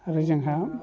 आरो जोंहा